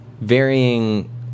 varying